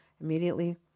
Immediately